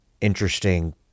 interesting